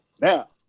Now